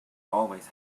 always